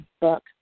book